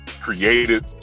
created